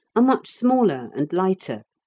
are much smaller and lighter,